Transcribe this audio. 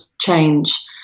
change